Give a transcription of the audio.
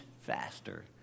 faster